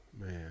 Man